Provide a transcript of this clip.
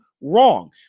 wrong